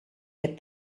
get